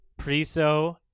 Priso